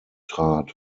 trat